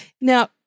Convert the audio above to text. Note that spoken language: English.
Now